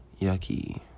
yucky